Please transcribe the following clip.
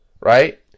right